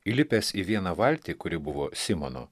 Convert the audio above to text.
įlipęs į vieną valtį kuri buvo simono